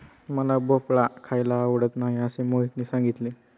मला भोपळा खायला आवडत नाही असे मोहितने सांगितले